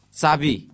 sabi